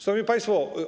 Szanowni Państwo!